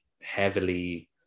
heavily